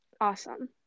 Awesome